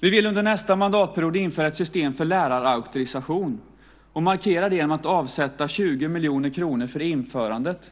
Vi vill under nästa mandatperiod införa ett system för lärarauktorisation och markera det genom att avsätta 20 miljoner kronor för införandet.